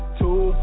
two